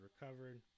recovered